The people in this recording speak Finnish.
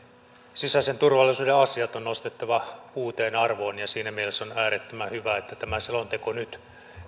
sisäisen turvallisuuden asiat on nostettava uuteen arvoon siinä mielessä on äärettömän hyvä että tämä selonteko nyt